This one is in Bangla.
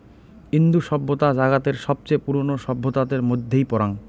ইন্দু সভ্যতা জাগাতের সবচেয়ে পুরোনো সভ্যতাদের মধ্যেই পরাং